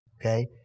Okay